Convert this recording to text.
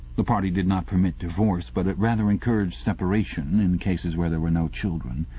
the party did not permit divorce, but it rather encouraged separation in cases where there were no children.